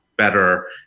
better